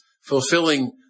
fulfilling